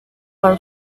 her